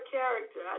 character